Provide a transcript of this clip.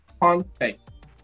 context